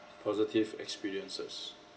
positive experiences